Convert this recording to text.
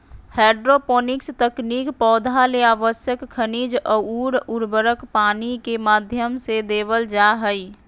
hydroponics तकनीक पौधा ले आवश्यक खनिज अउर उर्वरक पानी के माध्यम से देवल जा हई